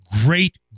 Great